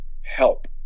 help